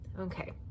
okay